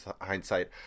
hindsight